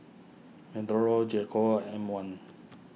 J Co M one